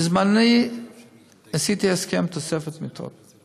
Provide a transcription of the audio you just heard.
בזמני עשיתי הסכם תוספת מיטות,